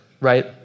right